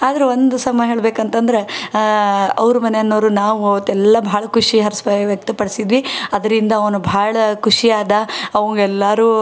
ಆದ್ರೂ ಒಂದು ಸಮ ಹೇಳಬೇಕಂತಂದ್ರೆ ಅವ್ರ ಮನ್ಯಾನೋರು ನಾವು ಅವತ್ತೆಲ್ಲ ಭಾಳ ಖುಷಿ ಹರ್ಷ ಬೇ ವ್ಯಕ್ತಪಡಿಸಿದ್ವಿ ಅದರಿಂದ ಅವನು ಬಹಳ ಖುಷಿ ಆದ ಅವಂಗೆ ಎಲ್ಲರೂ